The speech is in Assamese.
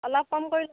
অলপ কম কৰিলে